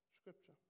Scripture